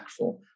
impactful